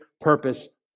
purpose